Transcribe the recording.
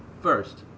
first